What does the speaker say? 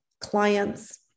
clients